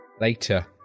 later